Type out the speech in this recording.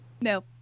No